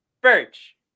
Birch